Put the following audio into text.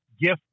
gift